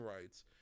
rights